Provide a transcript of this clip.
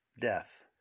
death